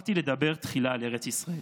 בחרתי לדבר תחילה על ארץ ישראל,